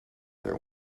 their